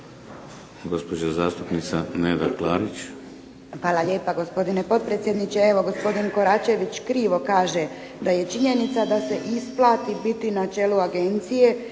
gospodin Koračević krivo kaže da je činjenica da se isplati biti na čelu agencije